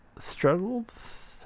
Struggles